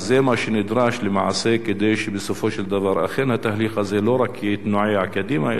זה מה שנדרש למעשה כדי שבסופו של דבר אכן התהליך הזה לא רק ינוע קדימה,